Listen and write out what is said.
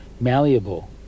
malleable